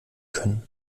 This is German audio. können